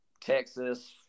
Texas